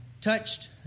touched